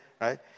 right